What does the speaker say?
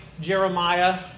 Jeremiah